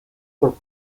por